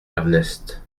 ernest